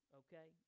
okay